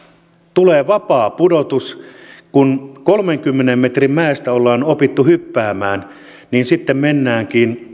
tulee vapaa pudotus kun kolmenkymmenen metrin mäestä ollaan opittu hyppäämään niin sitten mennäänkin